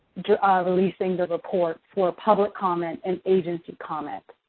releasing the report for public comment and agency comment.